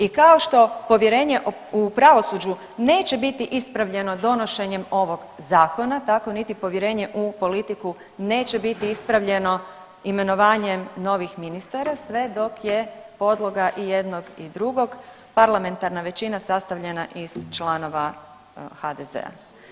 I kao što povjerenje u pravosuđu neće biti ispravljeno donošenjem ovog zakona tako niti povjerenje u politiku neće biti ispravljeno imenovanjem novih ministara sve dok je podloga i jednog i drugog parlamentarna većina sastavljena iz članova HDZ-a.